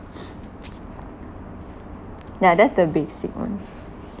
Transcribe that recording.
yeah that's the basic one